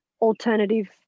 alternative